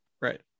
Right